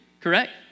correct